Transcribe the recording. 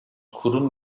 kurum